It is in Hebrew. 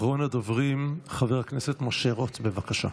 אחרון הדוברים, חבר הכנסת משה רוט, בבקשה.